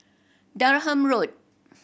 Durham Road